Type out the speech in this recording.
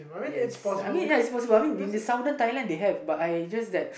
yes I mean it's possible in Southern Thailand they have but I just that